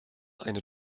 eine